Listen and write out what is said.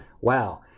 wow